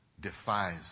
defies